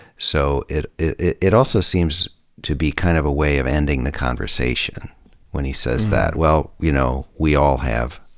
so, it it also seems to be kind of a way of ending the conversation when he says that. well, you know, we all have,